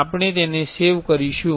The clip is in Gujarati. આપણે તેને સેવ કરીશું